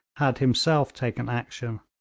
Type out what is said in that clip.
had himself taken action.